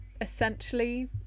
essentially